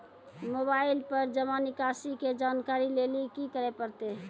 Mobile पर जमा निकासी के जानकरी लेली की करे परतै?